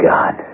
God